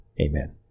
Amen